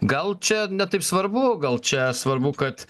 gal čia ne taip svarbu gal čia svarbu kad